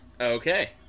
Okay